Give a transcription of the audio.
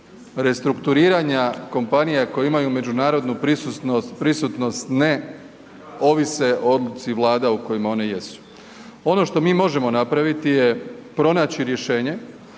Restrukturiranja kompanija koje imaju međunarodnu prisutnost ne ovise o odluci Vlade o kojima one jesu, ono što mi možemo napraviti je pronaći rješenje